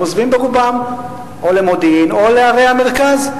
ברובם עוזבים למודיעין או לערי המרכז.